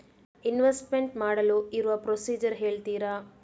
Investment ಮಾಡಲು ಇರುವ procedure ಹೇಳ್ತೀರಾ?